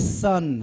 son